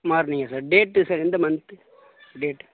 மார்னிங்கா sir date sir எந்த month date